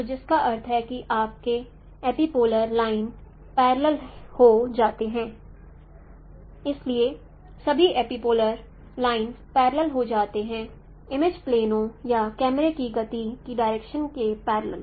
तो जिसका अर्थ है कि आपके एपिपोलर लाइन पैरालेल हो जाते हैं इसलिए सभी एपिपोलर लाइन पैरालेल हो जाते हैं इमेज प्लेनों या कैमरे की गति की डायरेक्शन के पैरालेल